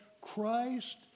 Christ